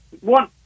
One